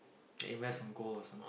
can invest on gold or some